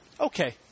Okay